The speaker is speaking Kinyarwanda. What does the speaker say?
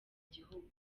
gihugu